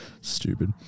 Stupid